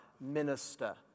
minister